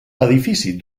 edifici